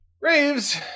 Raves